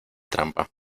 trampa